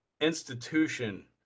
institution